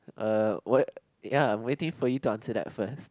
uh ya waiting for you to answer that first